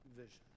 vision